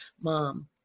mom